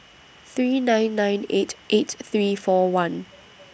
three nine nine eight eight three four one